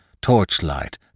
torchlight